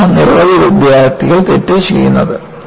ഇവിടെയാണ് നിരവധി വിദ്യാർത്ഥികൾ തെറ്റ് ചെയ്യുന്നത്